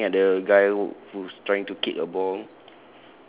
it's like looking at the guy who who's trying to kick a ball